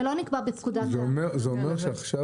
זה אומר שעכשיו,